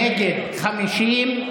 נגד, 50,